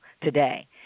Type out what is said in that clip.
today